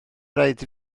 raid